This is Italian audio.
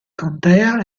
contea